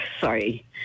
Sorry